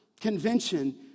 Convention